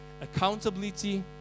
accountability